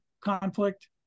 conflict